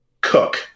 cook